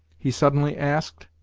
he suddenly asked,